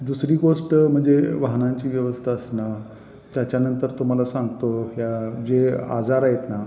दुसरी गोष्ट म्हणजे वाहनांची व्यवस्था असणं त्याच्यानंतर तुम्हाला सांगतो ह्या जे आजार आहेत ना